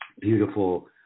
beautiful